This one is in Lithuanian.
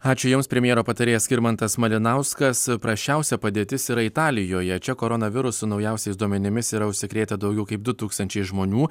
ačiū jums premjero patarėjas skirmantas malinauskas prasčiausia padėtis yra italijoje čia koronaviruso naujausiais duomenimis yra užsikrėtę daugiau kaip du tūkstančiai žmonių